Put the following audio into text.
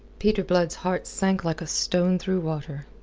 peter blood's heart sank like a stone through water.